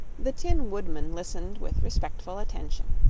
the tin woodman listened with respectful attention.